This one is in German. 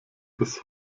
bis